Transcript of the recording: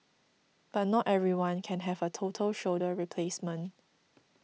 but not everyone can have a total shoulder replacement